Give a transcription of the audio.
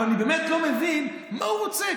אבל אני באמת לא מבין מה הוא רוצה.